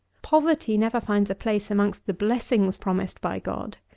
poverty never finds a place amongst the blessings promised by god.